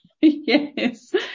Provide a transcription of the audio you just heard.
yes